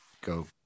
go